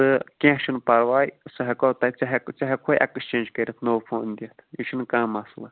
تہٕ کیٚنٛہہ چھُنہٕ پرواے سُہ ہٮ۪کو تَتہِ ژےٚ ہٮ۪کہٕ ژےٚ ہٮ۪کہوے ایٚکٕس چینج کٔرِتھ نوٚو فون دِتھ یہِ چھُنہٕ کانٛہہ مَسلہٕ